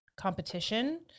competition